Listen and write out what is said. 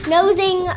Nosing